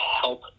help